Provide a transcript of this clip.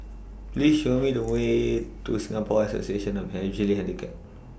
Please Show Me The Way to Singapore Association of The Visually Handicapped